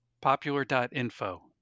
Popular.info